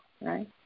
right